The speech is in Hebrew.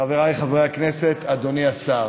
חבריי חברי הכנסת, אדוני השר,